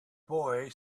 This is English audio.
boy